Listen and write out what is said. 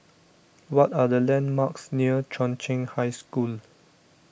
what are the landmarks near Chung Cheng High School